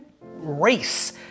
race